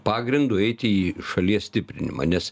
pagrindu eiti į šalies stiprinimą nes